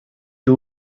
two